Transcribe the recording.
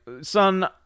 son